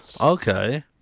Okay